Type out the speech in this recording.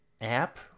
app